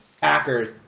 Packers